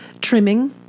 trimming